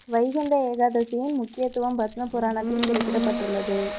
வைகுண்ட ஏகாதசியின் முக்கியத்துவம் பத்ம புராணத்தில் குறிப்பிடப்பட்டுள்ளது